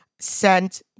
sent